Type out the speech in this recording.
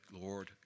Lord